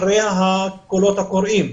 אחרי הקולות הקוראים,